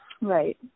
Right